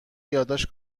یادداشت